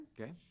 Okay